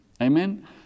Amen